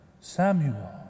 Samuel